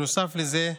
נוסף לזה,